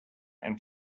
and